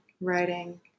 writing